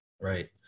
right